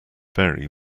very